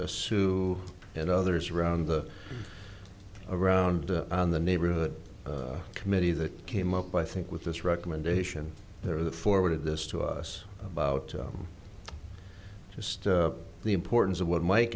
e and others around the around on the neighborhood committee that came up i think with this recommendation there that forwarded this to us about just the importance of what mike